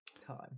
time